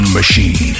machine